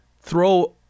throw